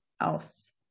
else